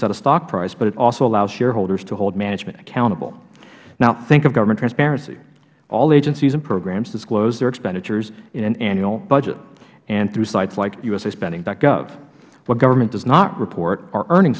set a stock price but it also allows shareholders to hold management accountable now think of government transparency all agencies and programs disclose their expenditures in an annual budget and through sites like usaspending gov what government does not report are earning